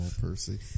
Percy